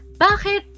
Bakit